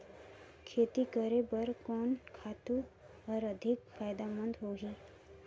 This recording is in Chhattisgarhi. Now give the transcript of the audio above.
खेती करे बर कोन खातु हर अधिक फायदामंद होही?